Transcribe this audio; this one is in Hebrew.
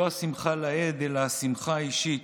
לא שמחה לאיד אלא השמחה האישית,